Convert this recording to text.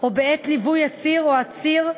או בעת ליווי אסיר או עצור,